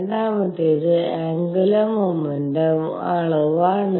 രണ്ടാമത്തേത് ആന്ഗുലർ മോമെന്റും അളവാണ്